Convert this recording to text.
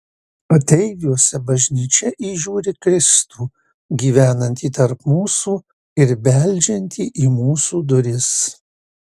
ateiviuose bažnyčia įžiūri kristų gyvenantį tarp mūsų ir beldžiantį į mūsų duris